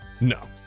No